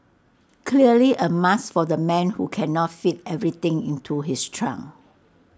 clearly A must for the man who cannot fit everything into his trunk